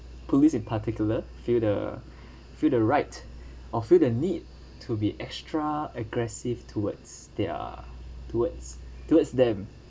police in particular feel the feel the right or feel the need to be extra aggressive towards their towards towards them